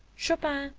chopin,